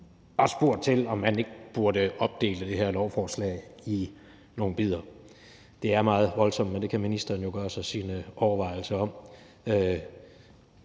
har spurgt til, om man ikke burde opdele det her lovforslag i nogle bidder. Det er meget voldsomt, men det kan ministeren jo gøre sig sine overvejelser om,